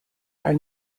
are